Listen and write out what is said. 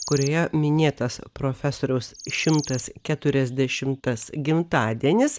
kurioje minėtas profesoriaus šimtas keturiasdešimtas gimtadienis